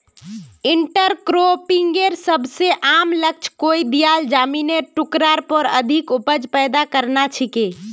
इंटरक्रॉपिंगेर सबस आम लक्ष्य कोई दियाल जमिनेर टुकरार पर अधिक उपज पैदा करना छिके